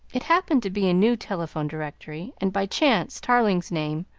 it happened to be a new telephone directory, and by chance tarling's name,